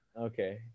Okay